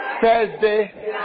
Thursday